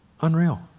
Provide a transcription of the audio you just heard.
Unreal